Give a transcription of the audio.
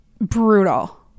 brutal